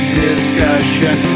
discussion